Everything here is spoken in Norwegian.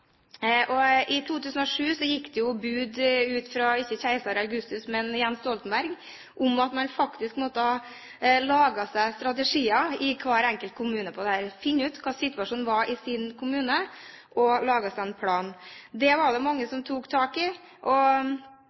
I 2007 gikk det ut bud – ikke fra keiser Augustus, men fra Jens Stoltenberg – om at man faktisk måtte lage seg strategier i hver enkelt kommune for dette, finne ut hva som var situasjonen i sin kommune, og lage seg en plan. Det var det mange som tok tak i. To av kommunene i mitt hjemfylke, som er Møre og